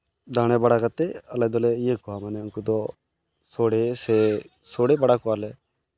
ᱫᱟᱲᱮ ᱵᱟᱲᱟ ᱠᱟᱛᱮ ᱟᱞᱮ ᱫᱚᱞᱮ ᱤᱭᱟᱹᱠᱚᱣᱟ ᱢᱟᱱᱮ ᱩᱱᱠᱩ ᱫᱚ ᱥᱚᱲᱮ ᱥᱮ ᱥᱚᱲᱮ ᱵᱟᱲᱟ ᱠᱚᱣᱟ ᱞᱮ